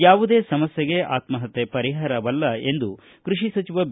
ಯಾವುದೇ ಸಮಸ್ಥೆಗೆ ಆತ್ಸಹತ್ಯೆ ಪರಿಹಾರವಲ್ಲ ಎಂದು ಕೃಷಿ ಸಚಿವ ಬಿ